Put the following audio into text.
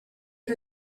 her